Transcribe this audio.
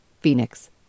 Phoenix